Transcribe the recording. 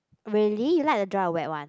really you like the dry or wet one